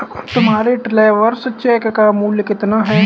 तुम्हारे travellers cheque का मूल्य कितना है?